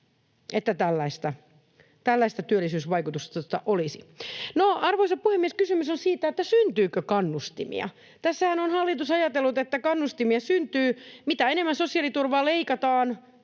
että tällaista työllisyysvaikutusta olisi. Arvoisa puhemies! Kysymys on siitä, syntyykö kannustimia. Tässähän on hallitus ajatellut, että kannustimia syntyy: mitä enemmän sosiaaliturvaa leikataan,